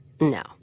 No